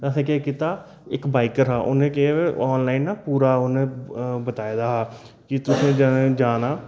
ते असें केह् कीता इक बाइकर हा उ'न्नै केह् ऑनलाइन ना पूरा उ'न्नै बताए दा हा कि तुसें जाना